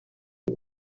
aho